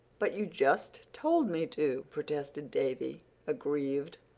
but you just told me to, protested davy aggrieved.